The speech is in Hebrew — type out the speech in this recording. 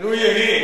לו יהי,